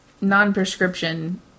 non-prescription